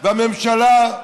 והממשלה,